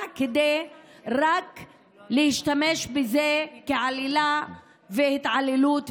רק כדי להשתמש בזה כעלילה והתעללות